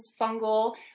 fungal